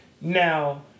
Now